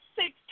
six